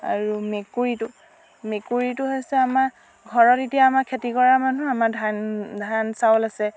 আৰু মেকুৰীটো মেকুৰীটো হৈছে আমাৰ ঘৰত এতিয়া আমাৰ খেতি কৰা মানুহ আমাৰ ধান ধান চাউল আছে